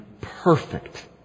perfect